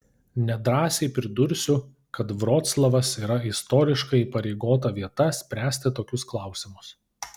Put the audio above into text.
nedrąsiai pridursiu kad vroclavas yra istoriškai įpareigota vieta spręsti tokius klausimus